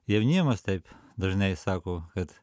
jaunimas taip dažnai sako kad